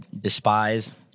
despise